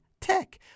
Tech